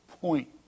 point